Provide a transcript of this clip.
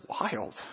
wild